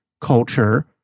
culture